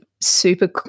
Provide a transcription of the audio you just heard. super